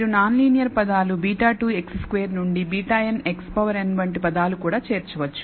మీరు non linear పదాలు β2 x2 నుండి βn xn వంటి పదాలు కూడా చేర్చవచ్చు